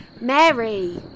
Mary